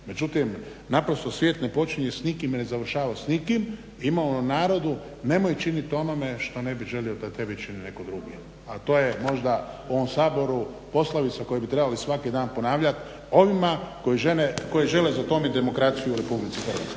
Međutim, naprosto svijet ne počinje s nikim i ne završava s nikim. Ima ono u narodu "nemoj činit onome što ne bi želio da tebi čini netko drugi" a to je možda u ovom Saboru poslovica koju bi trebali svaki dan ponavljat onima koji žele zatomit demokraciju u Republici